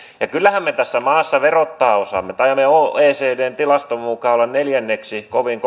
kyllähän me tässä maassa verottaa osaamme taidamme oecdn tilaston mukaan olla kokonaisveroasteeltamme neljänneksi kovin